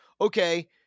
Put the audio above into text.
okay